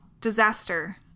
disaster